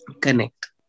connect